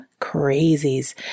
crazies